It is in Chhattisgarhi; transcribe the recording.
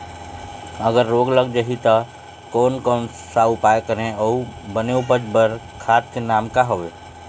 अगर रोग लग जाही ता कोन कौन सा उपाय करें अउ बने उपज बार खाद के नाम का हवे?